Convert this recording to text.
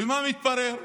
ומה מתברר?